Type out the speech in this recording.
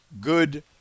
Good